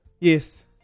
Yes